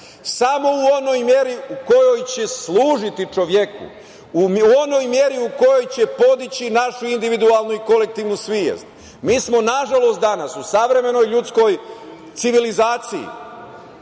samo u onoj meri u kojoj će služiti čoveku, u onoj meri u kojoj će podići našu individualnu i kolektivnu svest. Mi smo, nažalost, danas, u savremenoj ljudskoj civilizaciji,